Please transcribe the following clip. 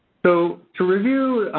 so, to review